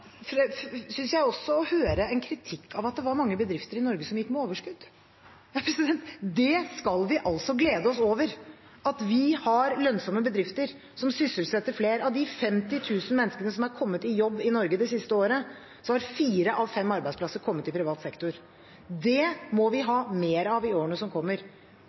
Jeg synes også å høre en kritikk av at det var mange bedrifter i Norge som gikk med overskudd. Det skal vi glede oss over – at vi har lønnsomme bedrifter som sysselsetter flere. 50 000 mennesker har kommet i jobb i Norge det siste året, fire av fem i privat sektor. Det må vi ha mer av i årene som kommer.